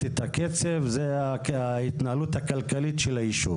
את הקצב היא ההתנהלות הכלכלית של היישוב.